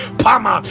pama